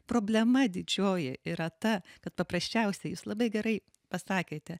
problema didžioji yra ta kad paprasčiausiai jūs labai gerai pasakėte